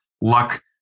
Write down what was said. luck